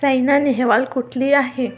साईना नेहवाल कुठली आहे